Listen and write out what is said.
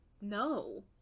no